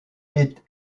est